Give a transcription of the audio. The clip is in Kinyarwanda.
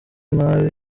nabi